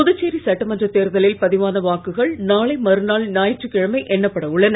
புதுச்சேரி சட்டமன்ற தேர்தலில் பதிவான வாக்குகள் நாளை மறுநாள் ஞாயிற்றுக் கிழமை எண்ணப்பட உள்ளன